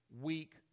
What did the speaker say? weak